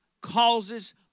causes